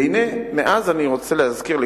והנה מאז, אני רוצה להזכיר לכולנו,